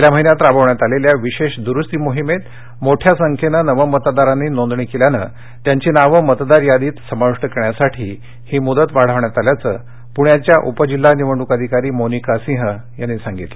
गेल्या महिन्यात राबवण्यात आलेल्या विशेष दुरुस्ती मोहिमेत मोठ्या संख्येने नवमतदारांनी नोंदणी केल्याने त्यांची नावे मतदार यादीत समाविष्ट करण्यासाठी ही मुदत वाढवण्यात आल्याचं पुण्याच्या उपजिल्हा निवडणूक अधिकारी मोनिका सिंह यांनी सांगितलं